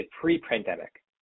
pre-pandemic